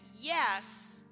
yes